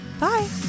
Bye